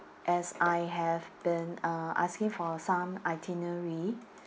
as I have been uh asking for some itinerary